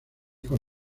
con